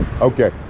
Okay